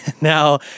Now